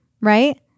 right